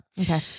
Okay